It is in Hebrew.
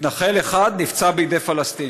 מתנחל אחד נפצע בידי פלסטיני.